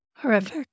Horrific